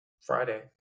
Friday